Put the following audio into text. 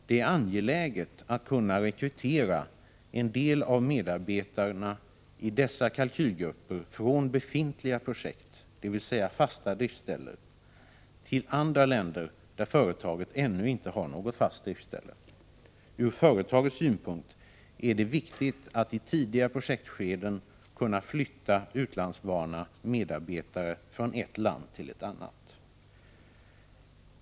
Det är angeläget att kunna rekrytera en del av medarbetarna i dessa kalkylgrupper från befintliga projekt, d.v.s. fasta driftsställen, till andra länder där företaget ännu inte har något fast driftsställe. Ur företagets synpunkt är det viktigt att i tidiga projektskeden kunna flytta utlandsvana medarbetare från ett land till ett annat. ———.